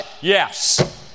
yes